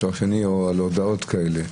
משלוח שני או על הודעות כאלה.